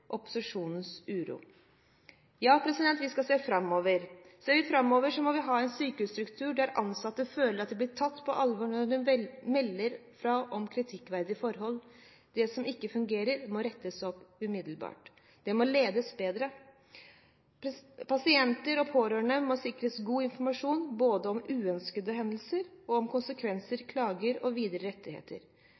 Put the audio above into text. opposisjonens uro. Ja, vi skal se framover. Ser vi framover, må vi ha en sykehusstruktur der ansatte føler at de blir tatt på alvor når de melder fra om kritikkverdige forhold. Det som ikke fungerer, må rettes opp umiddelbart. Det må ledes bedre. Pasienter og pårørende må sikres god informasjon, både om uønskede hendelser og om konsekvenser, klager og videre rettigheter.